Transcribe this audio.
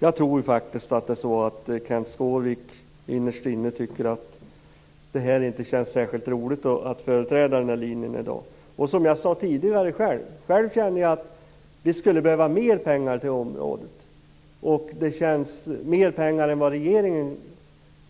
Jag tror faktiskt att Kenth Skårvik innerst inne tycker att det inte känns särskilt roligt att företräda den här linjen i dag. Själv känner jag att vi skulle behöva mer pengar än vad regeringen